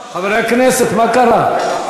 חברי הכנסת, מה קרה?